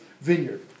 vineyard